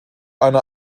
eine